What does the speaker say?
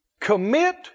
Commit